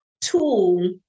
tool